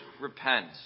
repent